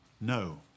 No